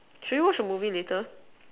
should we watch a movie later